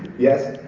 yes.